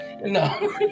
No